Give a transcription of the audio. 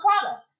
product